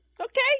Okay